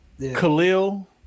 Khalil